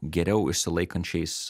geriau išsilaikančiais